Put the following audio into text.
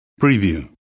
Preview